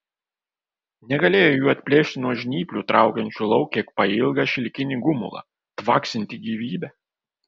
negalėjo jų atplėšti nuo žnyplių traukiančių lauk kiek pailgą šilkinį gumulą tvaksintį gyvybe